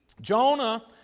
Jonah